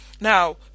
Now